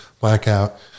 blackout